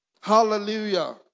Hallelujah